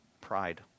Pride